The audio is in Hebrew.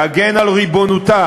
להגן על ריבונותה,